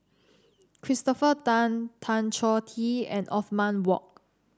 Christopher Tan Tan Choh Tee and Othman Wok